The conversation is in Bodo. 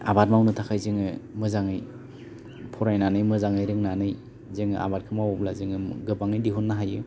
आबाद मावनो थाखाय जोङो मोजाङै फरायनानै मोजाङै रोंनानै जोङो आबादखौ मावोब्ला जोङो गोबाङै दिहुन्नो हायो